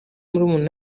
murumuna